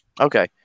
Okay